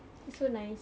it's so nice